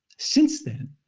since then,